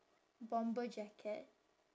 bomber jacket